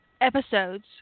episodes